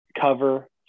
cover